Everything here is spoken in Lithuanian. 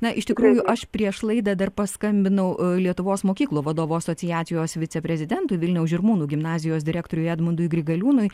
na iš tikrųjų aš prieš laidą dar paskambinau lietuvos mokyklų vadovų asociacijos viceprezidentui vilniaus žirmūnų gimnazijos direktoriui edmundui grigaliūnui